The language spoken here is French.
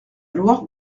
loire